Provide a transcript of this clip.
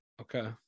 okay